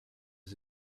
was